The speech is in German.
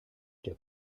der